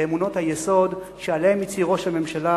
באמונות היסוד שעליהן הצהיר ראש הממשלה